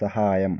സഹായം